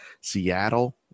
Seattle